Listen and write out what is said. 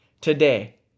Today